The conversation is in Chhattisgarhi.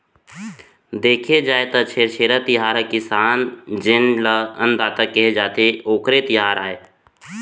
देखे जाए त छेरछेरा तिहार ह किसान जेन ल अन्नदाता केहे जाथे, ओखरे तिहार आय